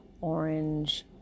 orange